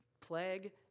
plague